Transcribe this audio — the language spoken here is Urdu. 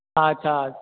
اچھا